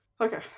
okay